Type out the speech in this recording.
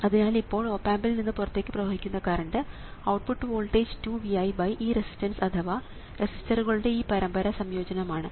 അതിനാൽ ഇപ്പോൾ ഓപ് ആമ്പിൽ നിന്ന് പുറത്തേക്ക് പ്രവഹിക്കുന്ന കറണ്ട് ഔട്ട്പുട്ട് വോൾട്ടേജ് 2Viഈ റെസിസ്റ്റൻസ് അഥവാ റെസിസ്റ്ററുകളുടെ ഈ പരമ്പര സംയോജനം ആണ്